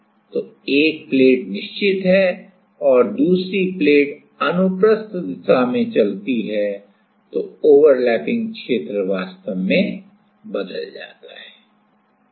तो एक प्लेट निश्चित है और दूसरी प्लेट अनुप्रस्थ दिशा में चलती है तो ओवरलैपिंग क्षेत्र वास्तव में बदल जाता है